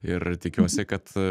ir tikiuosi kad